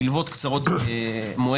מלוות קצרות מועד,